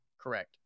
Correct